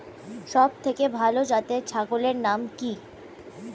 সবথেকে ভালো জাতের ছাগলের নাম কি?